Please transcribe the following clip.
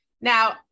Now